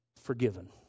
forgiven